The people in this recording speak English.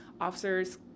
officers